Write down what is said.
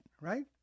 right